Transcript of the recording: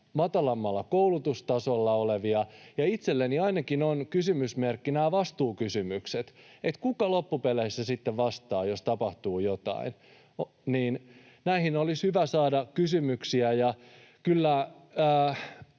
matalammalla koulutustasolla oleviksi, ja itselläni ainakin on kysymysmerkkinä nämä vastuukysymykset: kuka loppupeleissä sitten vastaa, jos tapahtuu jotain. Näihin olisi hyvä saada vastauksia.